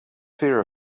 fear